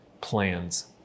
plans